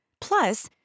Plus